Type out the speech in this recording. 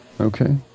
Okay